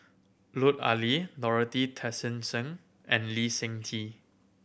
Lut Ali Dorothy Tessensohn and Lee Seng Tee